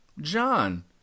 John